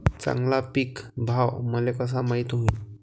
चांगला पीक भाव मले कसा माइत होईन?